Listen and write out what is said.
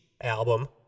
album